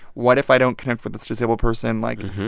what if i don't connect with this disabled person? like,